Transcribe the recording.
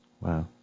Wow